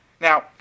Now